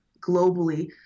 globally